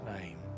name